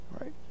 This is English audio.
right